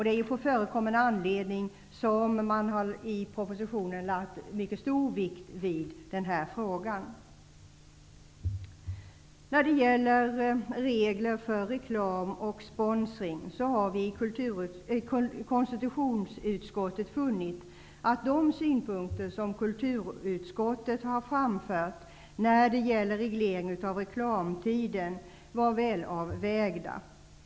Det är på förekommen anledning som man i propositionen har lagt mycket stor vikt vid den här frågan. När det gäller regler för reklam och sponsring har vi i konstitutionsutskottet funnit att de synpunkter som kulturutskottet har framfört när det gäller reglering av reklamtiden är välavvägda.